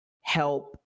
help